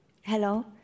Hello